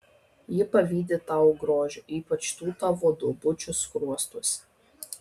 ji pavydi tau grožio ypač tų tavo duobučių skruostuose